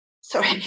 Sorry